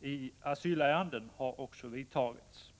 i asylärenden har också vidtagits.